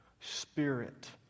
spirit